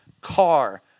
car